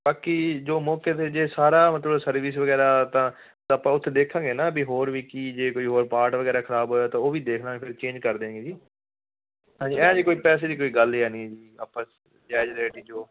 ਬਾਕੀ ਜੋ ਮੌਕੇ ਤੇ ਜੇ ਸਾਰਾ ਮਤਲਬ ਸਰਵਿਸ ਵਗੈਰਾ ਤਾਂ ਤਾਂ ਆਪਾਂ ਓਥੇ ਦੇਖਾਂਗੇ ਨਾ ਵੀ ਹੋਰ ਵੀ ਕੀ ਜੇ ਕੋਈ ਹੋਰ ਪਾਰਟ ਵਗੈਰਾ ਖਰਾਬ ਹੋਇਆ ਤਾਂ ਇਹ ਵੀ ਦੇਖਲਾਂਗੇ ਫੇਰ ਚੇਂਜ ਕਰ ਦਿਆਂਗੇ ਜੀ ਹਾਂਜੀ ਐਹੀ ਜੀ ਕੋਈ ਪੈਸਿਆਂ ਦੀ ਕੋਈ ਗੱਲ ਨੀ ਹੈ ਨੀ ਜੀ ਆਪਾਂ ਜੈਜ ਰੇਟ ਈ ਜੋ